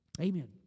Amen